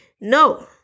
No